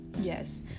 yes